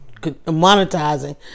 monetizing